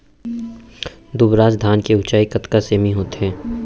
दुबराज धान के ऊँचाई कतका सेमी होथे?